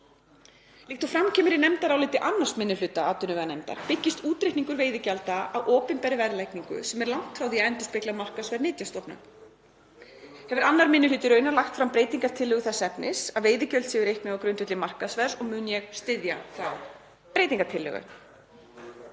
Líkt og fram kemur í nefndaráliti 2. minni hluta atvinnuveganefndar byggist útreikningur veiðigjalds á opinberri verðlagningu sem er langt frá því að endurspegla markaðsverð nytjastofna. Hefur 2. minni hluti raunar lagt fram breytingartillögu þess efnis að veiðigjald sé reiknað á grundvelli markaðsverðs og mun ég styðja þá breytingartillögu.